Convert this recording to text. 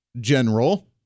General